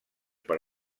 per